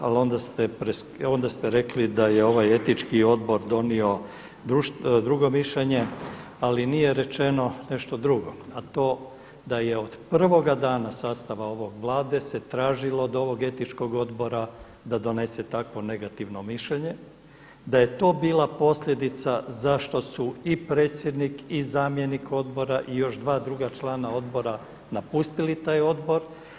Ali onda ste rekli da je ovaj Etički odbor donio drugo mišljenje ali nije rečeno nešto drugo, a to da je od prvoga dana sastava ove Vlade se tražilo od ovog Etičkog odbora da donese takvo negativno mišljenje, da je to bila posljedica zašto su i predsjednik i zamjenik odbora i još dva druga člana odbora napustili taj odbor.